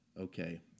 Okay